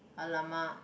!alamak!